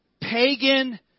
pagan